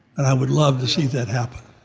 and i would love to see that happen.